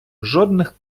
жодних